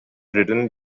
written